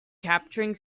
capturing